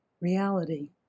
reality